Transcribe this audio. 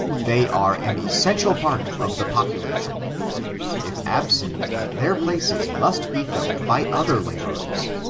they are an essential part of the population if absent, their places must be filled by other laborers,